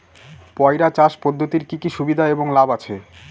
পয়রা চাষ পদ্ধতির কি কি সুবিধা এবং লাভ আছে?